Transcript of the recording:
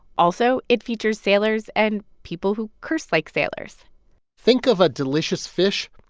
also it features sailors and people who curse like sailors think of a delicious fish,